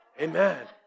Amen